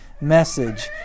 message